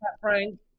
Frank